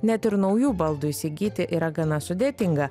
net ir naujų baldų įsigyti yra gana sudėtinga